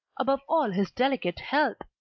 above all his delicate health!